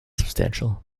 substantial